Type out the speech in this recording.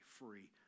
free